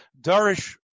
Darish